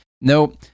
No